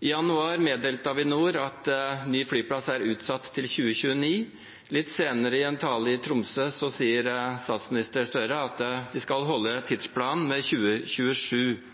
I januar meddelte Avinor at ny flyplass er utsatt til 2029. Litt senere, i en tale i Tromsø, sa statsminister Støre at de skal holde tidsplanen med 2027.